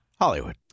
hollywood